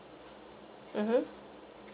mmhmm